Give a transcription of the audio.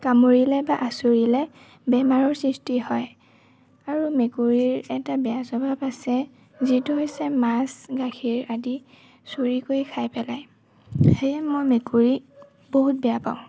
কামুৰিলে বা আঁচুৰিলে বেমাৰৰ সৃষ্টি হয় আৰু মেকুৰীৰ এটা বেয়া স্বভাৱ আছে যিটো হৈছে মাছ গাখীৰ আদি চুৰি কৰি খাই পেলাই সেইয়ে মই মেকুৰী বহুত বেয়া পাওঁ